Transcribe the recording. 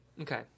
Okay